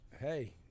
hey